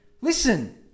Listen